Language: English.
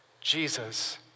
Jesus